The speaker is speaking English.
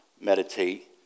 Meditate